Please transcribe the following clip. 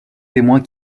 témoins